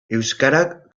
euskarak